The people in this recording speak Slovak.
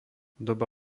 doba